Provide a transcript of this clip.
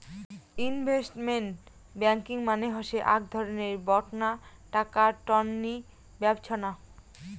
investment banking মানে হসে আক ধরণের বডঙ্না টাকা টননি ব্যবছস্থা